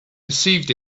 perceived